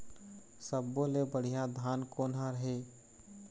सब्बो ले बढ़िया धान कोन हर हे?